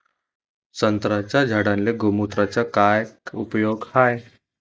संत्र्याच्या झाडांले गोमूत्राचा काय उपयोग हाये?